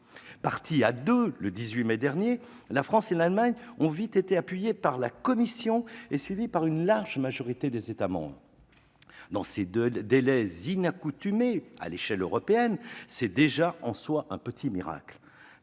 Parties à deux le 18 mai dernier, la France et l'Allemagne ont vite été appuyées par la Commission et suivies par une large majorité des États membres. Dans ces délais inaccoutumés à l'échelon de l'Europe, c'est déjà en soi un petit miracle